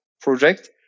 project